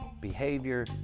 behavior